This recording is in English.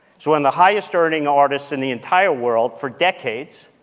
so and the highest-earning artists in the entire world, for decades,